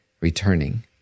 returning